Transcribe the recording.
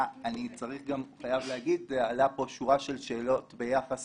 אני חייב להגיד שעלתה פה שורה של שאלות ביחס